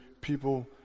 people